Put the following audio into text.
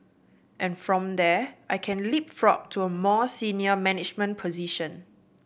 and from there I can leapfrog to a more senior management position